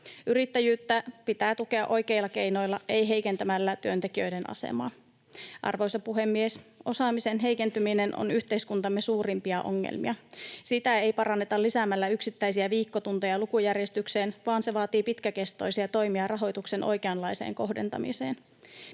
Yrittäjyyttä pitää tukea oikeilla keinoilla, ei heikentämällä työntekijöiden asemaa. Arvoisa puhemies! Osaamisen heikentyminen on yhteiskuntamme suurimpia ongelmia. Sitä ei paranneta lisäämällä yksittäisiä viikkotunteja lukujärjestykseen, vaan se vaatii pitkäkestoisia toimia rahoituksen oikeanlaiseen kohdentamiseen.